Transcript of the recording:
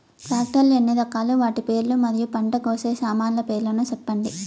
Tractor లు ఎన్ని రకాలు? వాటి పేర్లు మరియు పంట కోసే సామాన్లు పేర్లను సెప్పండి?